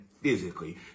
physically